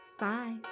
Bye